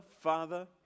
father